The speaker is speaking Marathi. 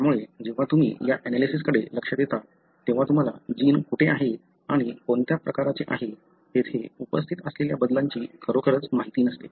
त्यामुळे जेव्हा तुम्ही या एनालिसिसकडे लक्ष देता तेव्हा तुम्हाला जीन कुठे आहे आणि कोणत्या प्रकारचे आहे तेथे उपस्थित असलेल्या बदलांची खरोखरच माहित नसते